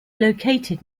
located